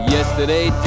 Yesterday